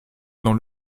dans